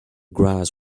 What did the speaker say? grass